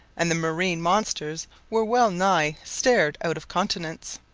and the marine monsters were well nigh stared out of countenance.